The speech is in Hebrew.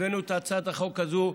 הבאנו את הצעת החוק הזאת,